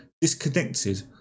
disconnected